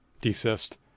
desist